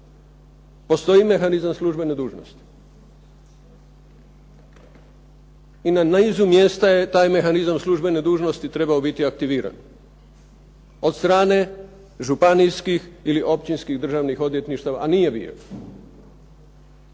Postoji mehanizam službene dužnosti. I na nizu mjesta je taj mehanizam službene dužnosti trebao biti aktiviran od strane županijskih ili općinskih državnih odvjetništava, a nije bio.